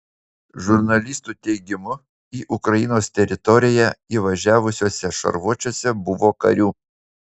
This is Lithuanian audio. žurnalistų teigimu į ukrainos teritoriją įvažiavusiuose šarvuočiuose buvo karių